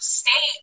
stay